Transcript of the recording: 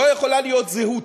לא יכולה להיות זהות.